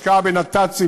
השקעה בנת"צים,